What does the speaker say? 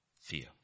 fear